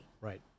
Right